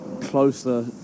closer